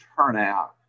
turnout